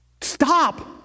stop